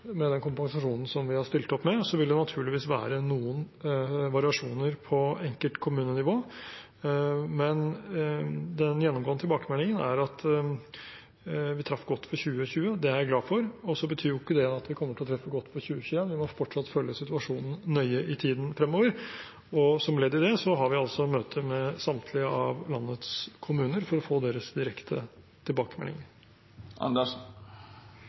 med den kompensasjonen vi har stilt opp med. Det vil naturligvis være noen variasjoner på enkeltkommunenivå, men den gjennomgående tilbakemeldingen er at vi traff godt for 2020. Det er jeg glad for. Så betyr ikke det at vi kommer til å treffe godt for 2021, vi må fortsatt følge situasjonen nøye i tiden fremover. Som ledd i det har vi altså møte med samtlige av landets kommuner for å få deres direkte tilbakemeldinger.